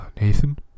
Nathan